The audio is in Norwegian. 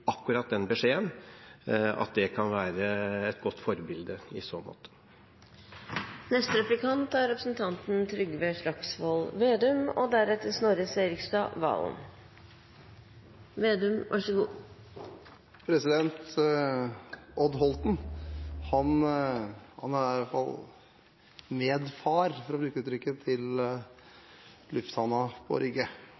akkurat den beskjeden, og at det kan være et godt forbilde i så måte. Odd Holten er «medfar», for å bruke det uttrykket, til lufthavnen på Rygge.